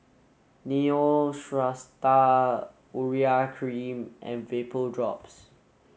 Neostrata Urea cream and Vapodrops